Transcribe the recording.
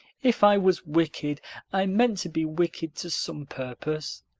if i was wicked i meant to be wicked to some purpose.